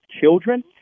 children